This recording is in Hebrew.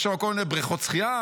יש שם כל מיני בריכות שחייה,